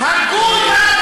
רגע רגע,